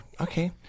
Okay